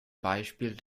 beispiel